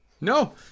no